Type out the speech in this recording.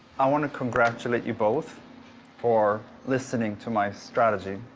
i want to congratulate you both for listening to my strategy.